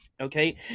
Okay